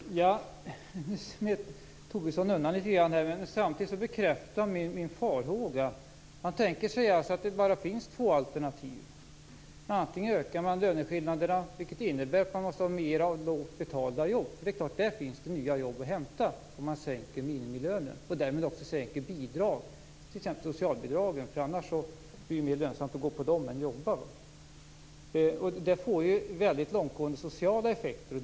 Fru talman! Nu smet Lars Tobisson undan litet grand. Samtidigt bekräftar han min farhåga. Man tänker sig alltså att det bara finns två alternativ. Ökar man löneskillnaderna innebär det att man måste ha fler lågt betalda jobb. Det är klart att det finns nya jobb att hämta om man sänker minimilönen och även sänker bidrag, t.ex. socialbidragen. Annars blir det mer lönsamt att gå på dem än att jobba. Det får väldigt långtgående sociala effekter.